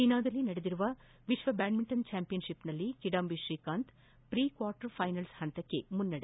ಚೀನಾದಲ್ಲಿ ನಡೆದಿರುವ ವಿಶ್ವ ಬ್ಯಾಡ್ಮಿಂಟನ್ ಚಾಂಪಿಯನ್ ಷಿಪ್ನಲ್ಲಿ Kidambi Srikanth pre quarter final ಹಂತಕ್ಕೆ ಮುನ್ನಡೆ